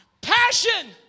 passion